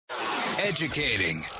Educating